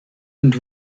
und